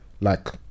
like-